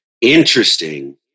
Interesting